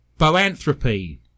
Boanthropy